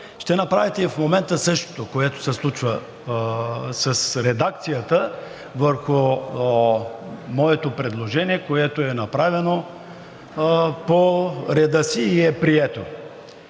ще направите и в момента – същото, което се случва с редакцията върху моето предложение, което е направено по реда си и е прието.